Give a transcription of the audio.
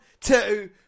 two